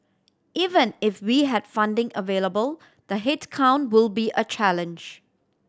even if we had funding available the headcount will be a challenge